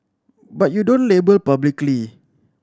but you don't label publicly